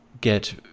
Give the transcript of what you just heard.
get